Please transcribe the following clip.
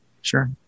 Sure